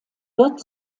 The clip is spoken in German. wird